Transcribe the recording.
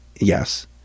yes